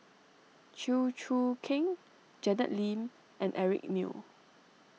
Chew Choo Keng Janet Lim and Eric Neo